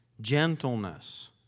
gentleness